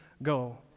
go